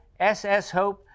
sshope